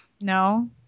No